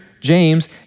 James